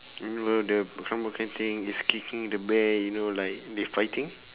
meanwhile the thing is kicking the bear you know like they fighting